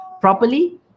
properly